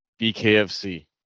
BKFC